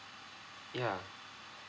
ya